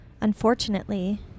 Unfortunately